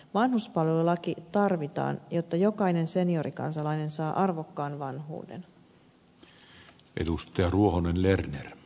vanhuspalvelulaki tarvitaan jotta jokainen seniorikansalainen saa arvokkaan vanhuuden